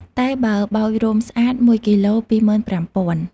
តែបើបោចរោមស្អាត ១គីឡូ ២៥០០០។